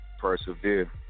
persevere